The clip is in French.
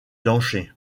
danger